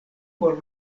por